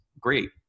great